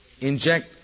Inject